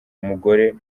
umugore